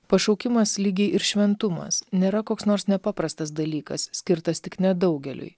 pašaukimas lygiai ir šventumas nėra koks nors nepaprastas dalykas skirtas tik nedaugeliui